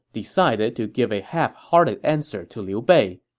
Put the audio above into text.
decided to give a half-hearted answer to liu bei.